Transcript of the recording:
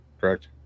Correct